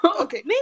Okay